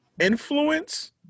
influence